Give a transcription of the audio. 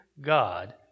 God